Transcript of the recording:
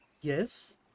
Yes